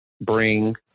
bring